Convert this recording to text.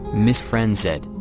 ms. friend said.